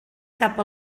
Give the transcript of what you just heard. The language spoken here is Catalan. cap